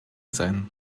sein